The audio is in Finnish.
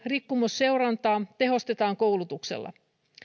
rikkomusseurantaa tehostetaan koulutuksella